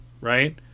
right